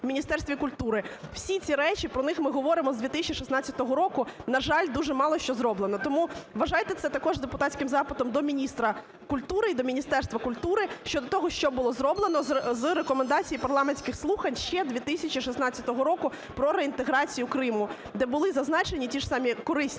Міністерстві культури. Всі ці речі, про них ми говоримо з 2016 року. На жаль, дуже мало що зроблено. Тому вважайте це також депутатським запитом до міністра культури і до Міністерства культури щодо того, що було зроблено з рекомендацій парламентських слухань ще 2016 року про реінтеграцію Криму, де були зазначені ті ж самі корисні